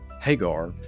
Hagar